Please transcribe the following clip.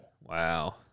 Wow